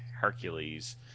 Hercules